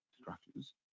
structures